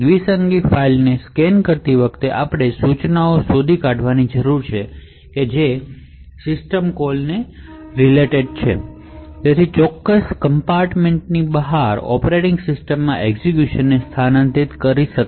binary ફાઇલને scan કરતી વખતે આપણે એ ઇન્સટ્રકશનશ શોધી કાઢવાની જરૂર છે કે આ પ્રકારની ઇન્સટ્રકશનશ હાજર નથી કે જે અંતરાલ અથવા સિસ્ટમ કોલ કરે છે જે કમ્પાર્ટમેન્ટની બહાર અને ઑપરેટિંગ સિસ્ટમમાં એક્ઝેક્યુશન ને સ્થાનાંતરિત કરી શકે